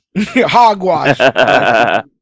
hogwash